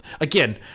again